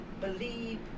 believe